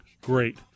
great